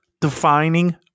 defining